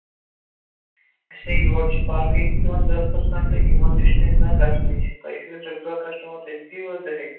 اچھا یور چھِ باقٕے تہِ دِوان دہ پٔرسَنٛٹ یِمن نِش نہٕ أسۍ زَن گژھنٕے چھِ تۄہہِ چھُو رُک دۄہ کَسٹمَر تُہۍ دِیِو حظ دَہَے